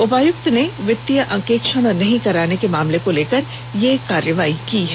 उपायुक्त ने वित्तीय अंकेक्षण नहीं कराने के मामले को लेकर कार्रवाही की है